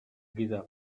giza